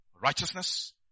righteousness